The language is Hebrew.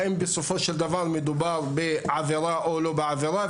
האם בסופו של דבר מדובר בעבירה או לא בעבירה,